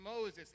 Moses